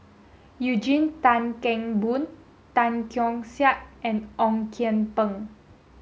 Eugene Tan Kheng Boon Tan Keong Saik and Ong Kian Peng